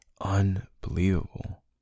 unbelievable